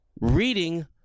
reading